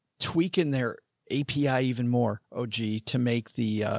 tweaking their api even more. oh g to make the,